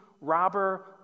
robber